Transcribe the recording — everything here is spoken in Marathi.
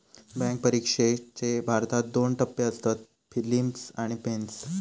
बॅन्क परिक्षेचे भारतात दोन टप्पे असतत, पिलिम्स आणि मेंस